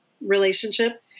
relationship